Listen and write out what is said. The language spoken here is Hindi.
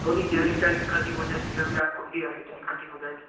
धोनी के हेयर इश्टाइल की कटिंग हो जाएगी भैया विराट कोहली हर इस्टाइल कटिंग हो जाएगी